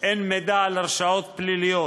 אין מידע על הרשעות פליליות,